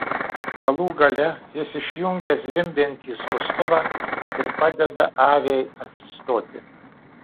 galų gale jis išjungia zvimbiantį skustuvą ir padeda aviai atsistoti